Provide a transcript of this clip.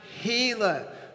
healer